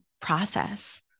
process